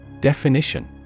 Definition